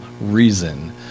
reason